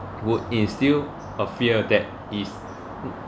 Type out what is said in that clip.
would instill a fear that is